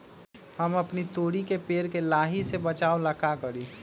हम अपना तोरी के पेड़ के लाही से बचाव ला का करी?